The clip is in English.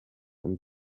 and